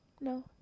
no